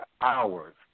hours